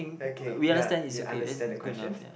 okay ya you understand the question